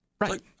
Right